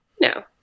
no